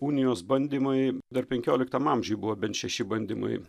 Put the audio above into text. unijos bandymai dar penkioliktam amžiuj buvo bent šeši bandymai